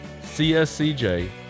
CSCJ